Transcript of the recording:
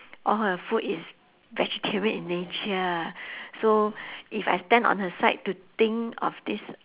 all her food is vegetarian in nature so if I stand on her side to think of this